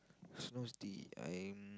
Snow-City I'm